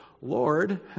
Lord